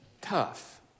tough